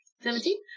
Seventeen